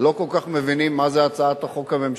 לא כל כך מבינים מה זאת הצעת החוק הממשלתית.